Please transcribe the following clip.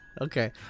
Okay